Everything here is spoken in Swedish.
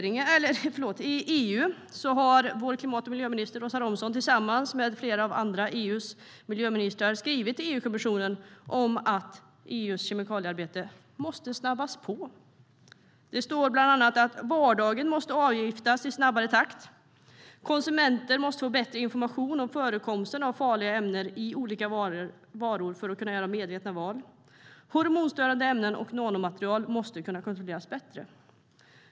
I EU har vår klimat och miljöminister Åsa Romson tillsammans med flera andra av EU:s miljöministrar skrivit till EU-kommissionen om att EU:s kemikaliearbete måste snabbas på. Det står bland annat: Vardagen måste avgiftas i snabbare takt. Konsumenter måste få bättre information om förekomsten av farliga ämnen i olika varor för att kunna göra medvetna val. Hormonstörande ämnen och nanomaterial måste kunna kontrolleras bättre.